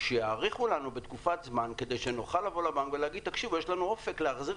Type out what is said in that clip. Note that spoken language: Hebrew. שיאריכו בתקופת זמן כדי שנוכל לבוא לבנק ולומר שיש לנו אופק להחזיר